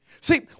See